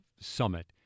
summit